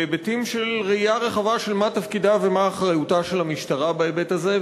בהיבטים של ראייה רחבה של מה תפקידה ומה אחריותה של המשטרה בהיבט הזה,